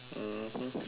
mmhmm